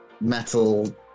Metal